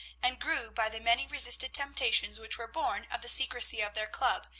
and grew, by the many resisted temptations which were born of the secrecy of their club,